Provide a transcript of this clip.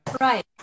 Right